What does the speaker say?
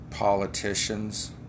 politicians